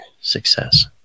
success